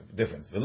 difference